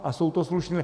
A jsou to slušní.